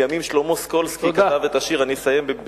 לימים שלמה סקולסקי כתב את השיר,